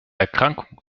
erkrankung